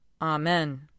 Amen